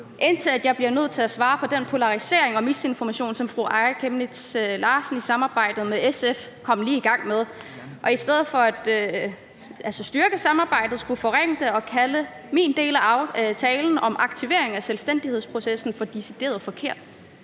indtil jeg blev nødt til at svare på den polarisering og misinformation, som fru Aaja Chemnitz i samarbejde med SF lige kom i gang med. I stedet for at styrke samarbejdet forringer man det og kalder min del af talen om aktivering af selvstændighedsprocessen for decideret forkert.